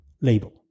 label